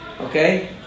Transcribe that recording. Okay